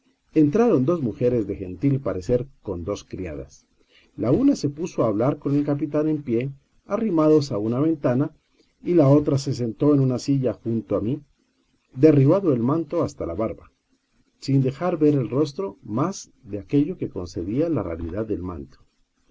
entraron dos mujeres de gentil parecer con dos criadas la una se puso a hablar co n el capitán en pie arrimados a una ventana y la otra se sentó en una silla junto a mí derribado el manto hasta la barba sin dejar ver el rostro más de aquello que concedía la raridad del manto